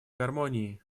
гармонии